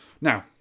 Now